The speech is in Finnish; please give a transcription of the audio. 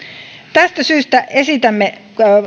tästä syystä esitämme